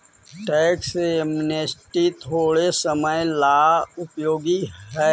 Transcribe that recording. tax amnesty थोड़े समय ला उपयोगी हई